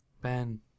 Ben